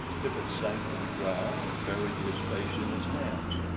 tippet sank to the ground and buried his face in his hands.